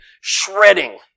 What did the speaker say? shredding